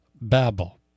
Babel